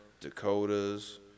Dakotas